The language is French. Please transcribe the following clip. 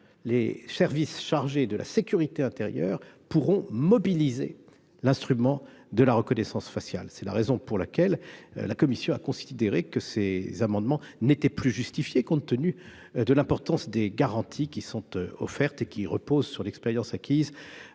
les services chargés de la sécurité intérieure pourront mobiliser l'instrument de la reconnaissance faciale. C'est la raison pour laquelle la commission a considéré que ces amendements n'étaient plus justifiés, compte tenu de l'importance des garanties offertes, lesquelles reposent sur l'expérience acquise